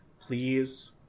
Please